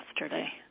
yesterday